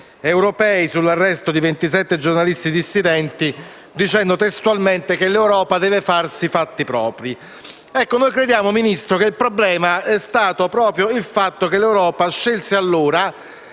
europei sull'arresto di 27 giornalisti dissidenti dicendo, testualmente, che l'Europa deve farsi i fatti propri. Noi crediamo che il problema sia stato proprio il fatto che l'Europa scelse allora,